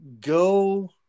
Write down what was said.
go